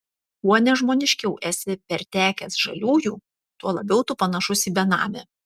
kuo nežmoniškiau esi pertekęs žaliųjų tuo labiau tu panašus į benamį